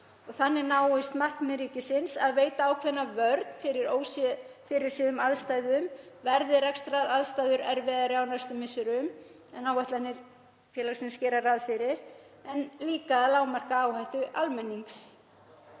Þannig náist markmið ríkisins, að veita ákveðna vörn fyrir ófyrirséðum aðstæðum, verði rekstraraðstæður erfiðari á næstu misserum en áætlanir félagsins gera ráð fyrir, en jafnframt að lágmarka áhættu almennings.